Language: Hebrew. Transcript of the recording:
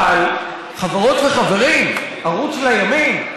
אבל חברות וחברים, ערוץ לימין,